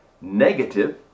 negative